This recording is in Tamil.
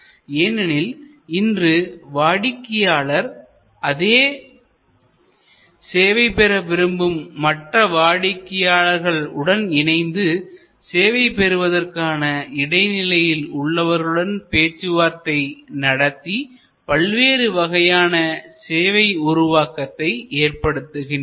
ஏனெனில் இன்று வாடிக்கையாளர் அதே சேவை பெற விரும்பும் மற்ற வாடிக்கையாளர்கள் உடன்இணைந்து சேவை பெறுவதற்கான இடைநிலையில் உள்ளவர்களுடன் பேச்சுவார்த்தை நடத்தி பல்வேறு வகையான சேவை உருவாக்கத்தை ஏற்படுத்துகின்றனர்